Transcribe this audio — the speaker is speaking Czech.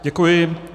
Děkuji.